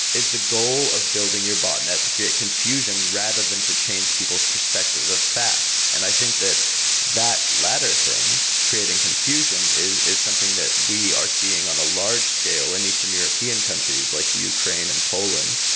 is the goal of building your botnet to create confusion rather than to change people's perspective of facts? and i think that that latter thing creating confusion, is is something that we are seeing on a large scale in eastern european countries, like ukraine and poland.